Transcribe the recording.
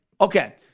Okay